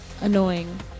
annoying